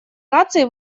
наций